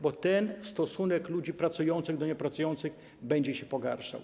Bo stosunek ludzi pracujących do niepracujących będzie się pogarszał.